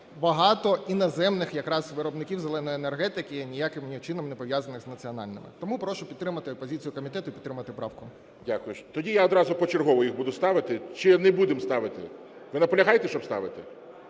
багато іноземних якраз виробників "зеленої" енергетики, ніяким чином не пов'язаних з національними. Тому прошу підтримати позицію комітету і підтримати правку. ГОЛОВУЮЧИЙ. Дякую. Тоді я одразу почергово їх буду ставити. Чи не будемо ставити? Ви наполягаєте, щоб ставити?